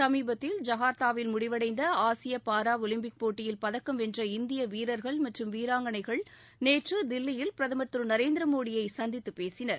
சமீபத்தில் ஜகார்த்தாவில் முடிவடைந்த ஆசிய பாரா ஒலிம்பிக் போட்டியில் பதக்கம் வென்ற இந்திய வீரர்கள் மற்றும் வீராங்கனைகள் நேற்று தில்லியில் பிரதமர் திரு நரேந்திர மோடியை சந்தித்துப் பேசினர்